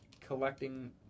collecting